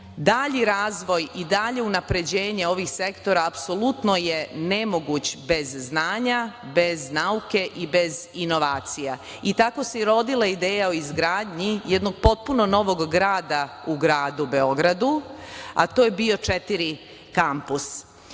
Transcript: razvoj i dalje unapređenje ovih sektora apsolutno je nemoguć bez znanja, bez nauke i bez inovacija. Tako se i rodila ideja o izgradnji jednog potpuno novog grada u gradu Beogradu, a to je BIO4 kampus. Ideja